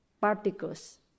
particles